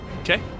Okay